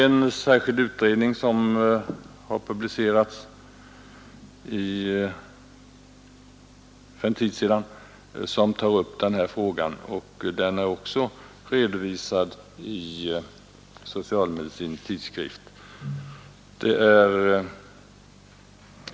En särskild utredning som har publicerat sina resultat för en tid sedan har tagit upp den här frågan, och resultaten är också redovisade i Social-Medicinsk Tidskrift.